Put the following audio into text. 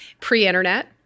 pre-internet